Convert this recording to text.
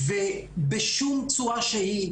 בשום צורה שהיא.